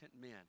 men